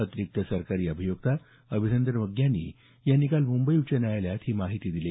अतिरिक्त सरकारी अभियोक्ता अभिनंदन वग्यानी यांनी काल मुंबई उच्च न्यायालयात दिली